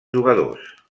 jugadors